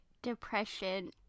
depression